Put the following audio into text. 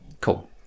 Cool